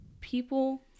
people